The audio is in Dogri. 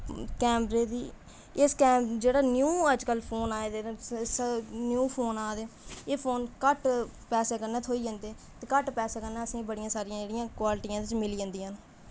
कैमरे दी इस कैमरे जेह्ड़े न्यू अज्जकल फोन आए दे न्यू फोन आए दे न एह् फोन घट्ट पैसे कन्नै थ्होई जंदे ते घट्ट पैसे कन्नै असेंगी बड़ी सारियां जेह्ड़ियां क्वालिटियां असेंगी मिली जंदियां न